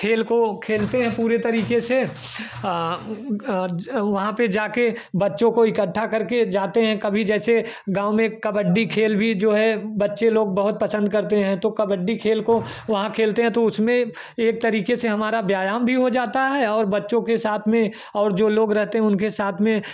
खेल को खेलते हैं पूरे तरीके से उनका वहाँ पर जाकर बच्चों को इकट्ठा करके जाते हैं कभी जैसे गाँव में कबड्डी खेल भी जो है बच्चे लोग बहुत पसंद करते हैं तो कबड्डी खेल को वहाँ खेलते हैं तो उसमें एक तरीके से हमारा व्यायाम भी हो जाता है और बच्चों के साथ में और जो लोग रहते उनके साथ में